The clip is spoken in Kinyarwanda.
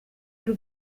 y’u